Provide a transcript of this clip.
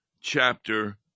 chapter